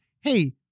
hey